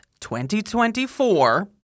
2024